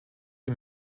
die